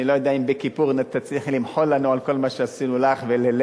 אני לא יודע אם ביום כיפור תצליחי למחול לנו על כל מה שעשינו לך וללאה,